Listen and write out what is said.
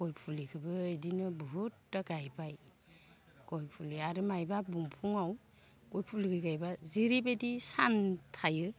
गय फुलिखोबो इदिनो बुहुदथा गायबाय गय फुलि आरो मायबा बंफाङाव गय फुलिखो गायब्ला जेरैबायदि सान थायो